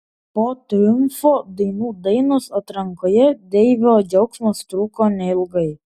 po triumfo dainų dainos atrankoje deivio džiaugsmas truko neilgai